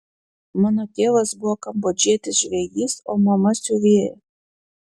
mano tėvas buvo kambodžietis žvejys o mama siuvėja